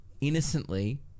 innocently